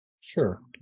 Sure